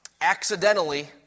accidentally